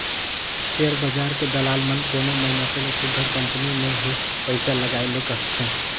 share बजार के दलाल मन कोनो मइनसे ल सुग्घर कंपनी में ही पइसा लगाए ले कहथें